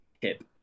tip